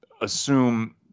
assume